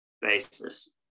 basis